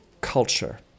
culture